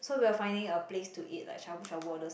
so we were finding a place to eat like Shabu-Shabu all those